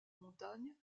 montagne